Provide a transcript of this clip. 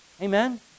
Amen